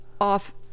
off